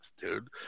dude